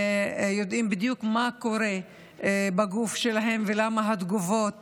בדיוק מה קורה בגוף שלהם ולמה התגובות